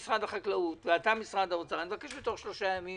נציגי משרד החקלאות ומשרד האוצר, שתוך שלושה ימים